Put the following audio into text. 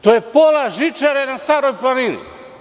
To je pola „Žičare“ na Staroj Planini.